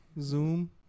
Zoom